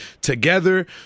together